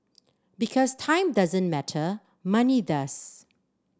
because time doesn't matter money does